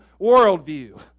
worldview